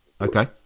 Okay